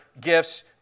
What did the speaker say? gifts